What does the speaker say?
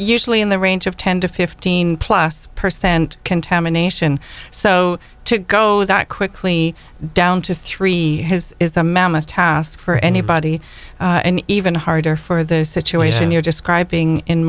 usually in the range of ten to fifteen plus per cent contamination so to go that quickly down to three is a mammoth task for anybody and even harder for the situation you're describing in